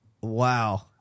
Wow